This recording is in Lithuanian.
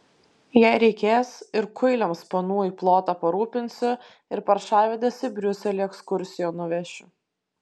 jei reikės ir kuiliams panų į plotą parūpinsiu ir paršavedes į briuselį ekskursijon nuvešiu